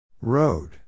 Road